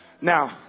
Now